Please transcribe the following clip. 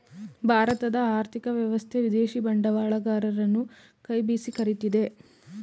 ಭಾರತದ ಆರ್ಥಿಕ ವ್ಯವಸ್ಥೆ ವಿದೇಶಿ ಬಂಡವಾಳಗರರನ್ನು ಕೈ ಬೀಸಿ ಕರಿತಿದೆ